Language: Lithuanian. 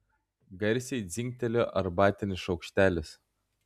garsiai dzingtelėjo arbatinis šaukštelis